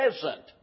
pleasant